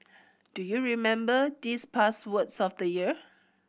do you remember these past words of the year